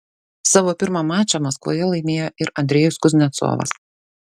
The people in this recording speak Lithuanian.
savo pirmą mačą maskvoje laimėjo ir andrejus kuznecovas